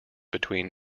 between